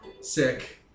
sick